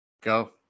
Go